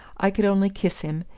i could only kiss him,